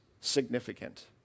significant